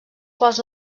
quals